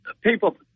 people